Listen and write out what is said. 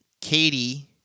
Katie